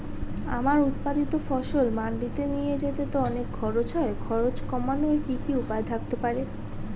আমার উৎপাদিত ফসল মান্ডিতে নিয়ে যেতে তো অনেক খরচ হয় খরচ কমানোর কি উপায় থাকতে পারে?